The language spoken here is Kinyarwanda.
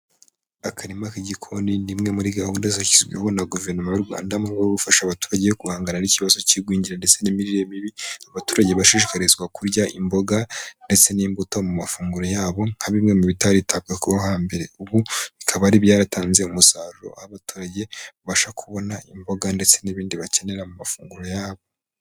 Akarima k'igikoni ni imwe muri gahunda zashyizweho na guverinoma y'urwanda mu gufasha abaturage guhangana n'ikibazo cy kigwingira ndetse n'imirire mibi, abaturage bashishikarizwa kurya imboga ndetse n'imbuto mu mafunguro yabo, nka bimwe mu bitari bitabwa kuba hambere, ubu bikaba aribyo byatanze umusaruro abaturage babasha kubona imboga ndetse n'ibindi bakenera mu mafunguro yabo.